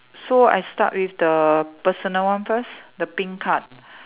so I start with the personal one first the pink part